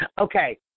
Okay